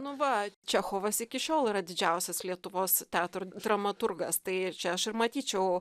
nu va čechovas iki šiol yra didžiausias lietuvos teatro dramaturgas tai čia aš ir matyčiau